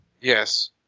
Yes